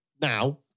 Now